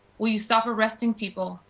will you stop arresting people,